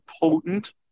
potent